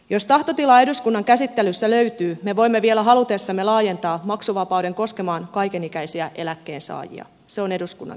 jos tahtotilaa eduskunnan käsittelyssä löytyy me voimme vielä halutessamme laajentaa maksuvapauden koskemaan kaikenikäisiä eläkkeensaajia se on eduskunnan käsissä